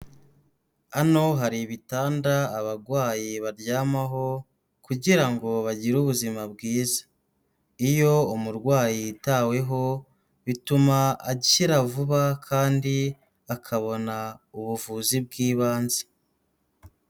Hano hari ibitanda abarwayi baryamaho kugira ngo bagire ubuzima bwiza. Iyo umurwayi yitaweho, bituma akira vuba kandi akabona ubuvuzi bw'ibanze.